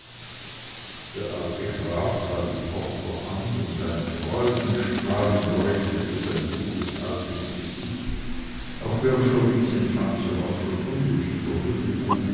der alte graf sah die tochter an und ein freudenstrahl umleuchtete sein gutes altes gesicht auch wrschowitz empfand so was von unbedingter huldigung